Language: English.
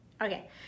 Okay